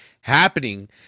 happening